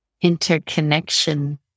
interconnection